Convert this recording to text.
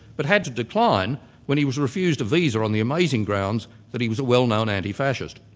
but had to decline when he was refused a visa on the amazing grounds that he was a well-known anti-fascist.